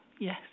yes